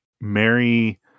Mary